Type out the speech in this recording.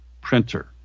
printer